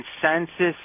consensus